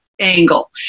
angle